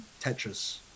Tetris